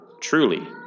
truly